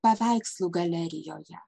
paveikslų galerijoje